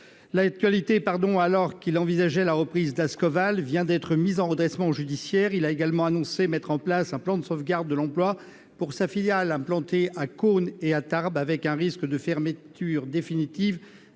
la chronique alors qu'il envisageait la reprise d'Ascoval, vient d'être placé en redressement judiciaire. Il a également annoncé mettre en oeuvre un plan de sauvegarde de l'emploi pour sa filiale implantée à Cosne-sur-Loire et à Tarbes, avec un risque de fermeture définitive